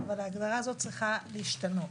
אבל ההגדרה הזאת צריכה להשתנות.